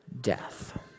death